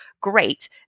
Great